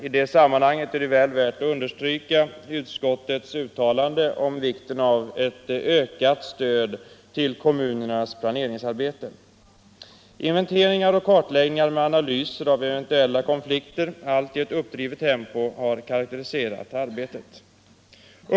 I det sammanhanget är det väl värt att understryka utskottets uttalande om vikten av ett ökat stöd till kommunernas planeringsarbete. Inventeringar och kartläggningar med analyser av eventuella konflikter —- allt i ett uppdrivet tempo — har karakteriserat arbetet.